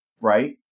Right